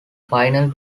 final